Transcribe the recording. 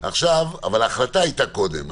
אבל ההחלטה הייתה קודם.